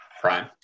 Prime